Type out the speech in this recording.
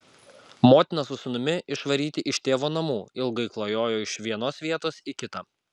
motina su sūnumi išvaryti iš tėvo namų ilgai klajojo iš vienos vietos į kitą